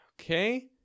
Okay